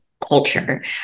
culture